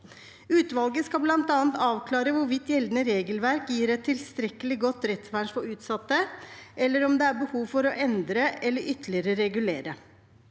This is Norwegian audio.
Utvalget skal bl.a. avklare hvorvidt gjeldende regelverk gir et tilstrekkelig godt rettsvern for utsatte, eller om det er behov for å endre eller ytterligere regulere.